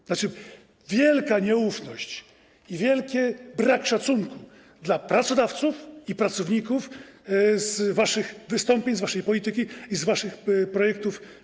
To znaczy, że wielka nieufność i wielki brak szacunku dla pracodawców i pracowników przebija z waszych wystąpień, z waszej polityki i z waszych projektów.